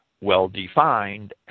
well-defined